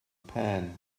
pan